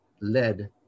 led